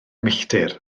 milltir